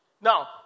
Now